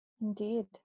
Indeed